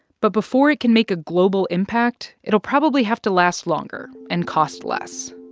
but before it can make a global impact, it'll probably have to last longer and cost less.